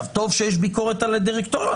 טוב שיש ביקורת על הדירקטוריון,